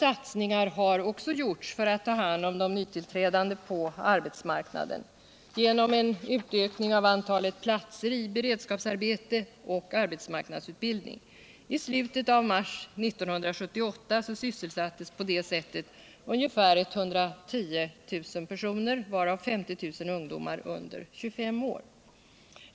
Stora satsningar har också gjorts för att ta hand om de nytillträdande på arbetsmarknaden genom utökning av antalet platser i beredskapsarbete och arbetsmarknadsutbildning. I slutet av mars 1978 sysselsattes på det sättet ungefär 110 000 personer, varav 50 000 ungdomar under 25 år.